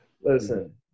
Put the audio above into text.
Listen